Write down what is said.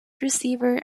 receiver